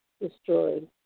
destroyed